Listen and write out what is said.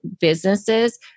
businesses